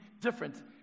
different